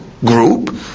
group